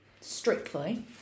strictly